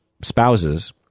spouses